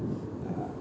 uh